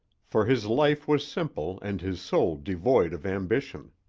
for his life was simple and his soul devoid of ambition.